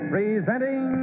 Presenting